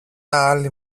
άλλη